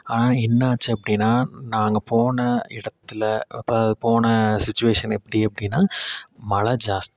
ஆனால் என்ன ஆச்சு அப்படினா நாங்கள் போன இடத்துல போன சுச்சுவேஷன் எப்படி அப்படினா மழை ஜாஸ்தி